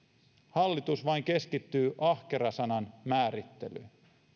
hallitus vain keskittyy ahkera sanan määrittelyyn